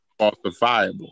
falsifiable